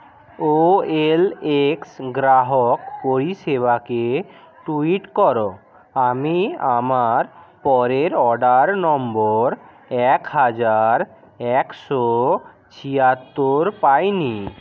ও L X গ্রাহক পরিষেবাকে tweet করো আমি আমার পরের অর্ডার নম্বর এক হাজার একশো ছিয়াত্তর পাই নি